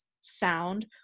sound